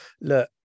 look